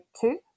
two